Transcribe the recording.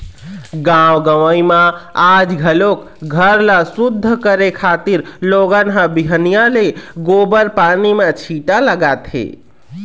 गाँव गंवई म आज घलोक घर ल सुद्ध करे खातिर लोगन ह बिहनिया ले गोबर पानी म छीटा लगाथे